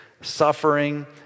suffering